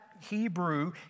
Hebrew